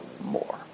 more